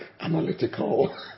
analytical